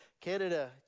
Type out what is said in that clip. Canada